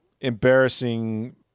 embarrassing